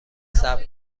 صبر